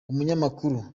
umunyamakuru